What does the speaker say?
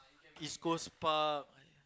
East-Coast-Park